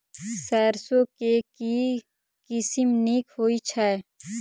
सैरसो केँ के किसिम नीक होइ छै?